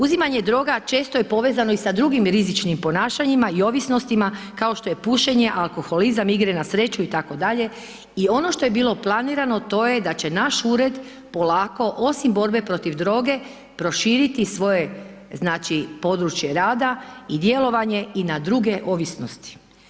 Uzimanje droga često je povezano i sa drugim rizičnim ponašanjima i ovisnostima, kao što je pušenje, alkoholizam, igre na sreću itd. i ono što je bilo planirano to je da će naš ured polako osim borbe protiv droge proširiti svoje znači područje rada i djelovanje i na druge ovisnosti.